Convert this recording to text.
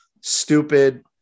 Stupid